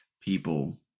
people